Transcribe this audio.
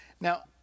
Now